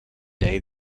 day